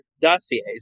dossiers